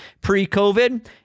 pre-covid